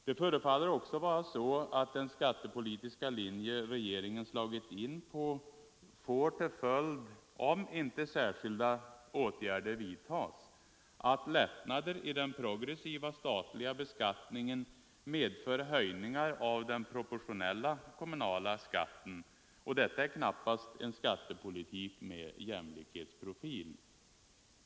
Det förefaller också vara så, att den skattepolitiska linje regeringen slagit in på får till följd — om inte särskilda åtgärder vidtas — att lättnader i den progressiva statliga beskattningen medför höjningar av den proportionella kommunala skatten. Detta är knappast en skattepolitik med jämlikhetsprofil.